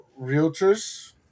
realtors